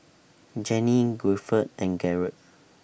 Jenny Guilford and Garold